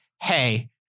hey